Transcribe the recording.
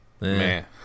Man